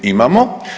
Imamo.